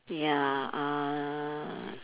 ya uh